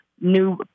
new